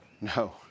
No